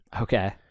Okay